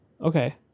Okay